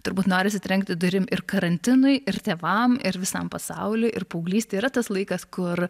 turbūt norisi trenkti durim ir karantinui ir tėvam ir visam pasauliui ir paauglystė yra tas laikas kur